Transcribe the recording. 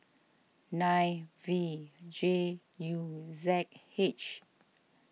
nine V J U Z H